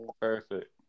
perfect